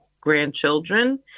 grandchildren